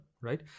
Right